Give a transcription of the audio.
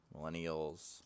millennials